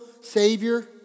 savior